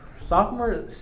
sophomore